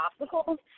obstacles